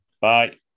Bye